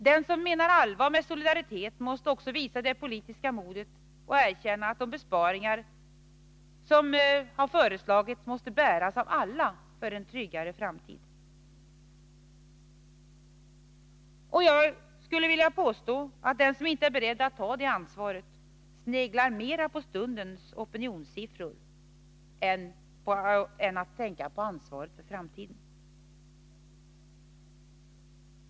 Den som menar allvar med talet om solidaritet skall också visa det politiska modet att erkänna att de besparingar som regeringen föreslagit måste bäras av alla för en tryggare framtid. Jag vill påstå att den som inte är beredd att ta det ansvaret mera sneglar på stundens opinionssiffror än på ansvaret för framtiden.